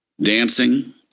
Dancing